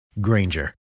Granger